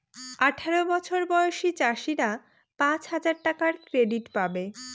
আঠারো বছর বয়সী চাষীরা পাঁচ হাজার টাকার ক্রেডিট পাবে